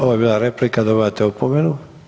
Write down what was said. Ovo je bila replika, dobivate opomenu.